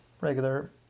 regular